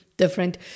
different